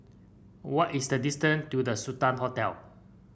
what is the distance to The Sultan Hotel